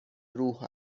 روح